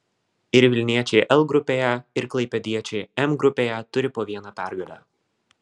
ir vilniečiai l grupėje ir klaipėdiečiai m grupėje turi po vieną pergalę